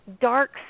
dark